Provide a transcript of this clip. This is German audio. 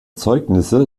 zeugnisse